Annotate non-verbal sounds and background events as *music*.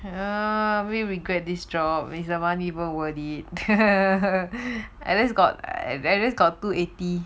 and err I really regret this job is the money even worth it *laughs* at least got they're just got two eighty